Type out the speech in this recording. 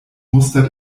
mustert